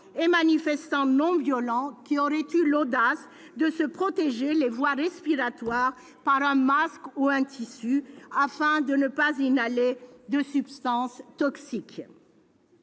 et manifestants non violents qui auraient eu l'audace de se protéger les voies respiratoires par un masque ou un tissu, afin de ne pas inhaler de substances toxiques